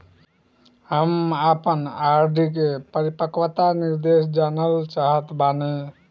हम आपन आर.डी के परिपक्वता निर्देश जानल चाहत बानी